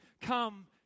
come